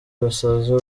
basaza